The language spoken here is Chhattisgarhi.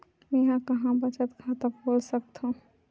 मेंहा कहां बचत खाता खोल सकथव?